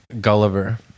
Gulliver